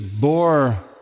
bore